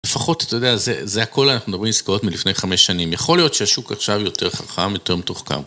לפחות, אתה יודע, זה הכל אנחנו מדברים עם עסקאות מלפני חמש שנים. יכול להיות שהשוק עכשיו יותר חכם, יותר מתוחכם.